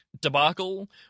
debacle